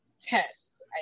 test